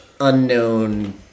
unknown